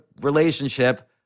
relationship